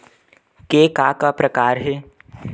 के का का प्रकार हे?